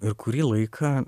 ir kurį laiką